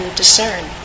discern